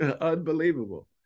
unbelievable